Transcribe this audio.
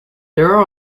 there